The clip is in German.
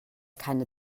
keine